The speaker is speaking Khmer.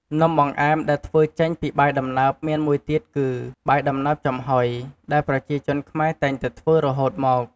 នំបង្អែមដែលធ្វើចេញពីបាយដំណើបមានមួយទៀតគឺ បាយដំណើបចំហុយ ដែលប្រជាជនខ្មែរតែងតែធ្វើរហូតមក។